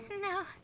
No